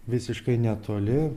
visiškai netoli